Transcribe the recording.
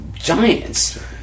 giants